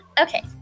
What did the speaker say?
Okay